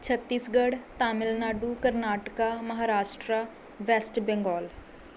Chhattisgarh Tamil Nadu Karnataka Maharashtra West Bengal